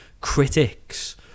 critics